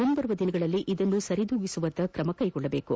ಮುಂಬರುವ ದಿನಗಳಲ್ಲಿ ಇದನ್ನು ಸರಿಪಡಿಸುವತ್ತ ಕ್ರಮ ಕೈಗೊಳ್ಳಬೇಕು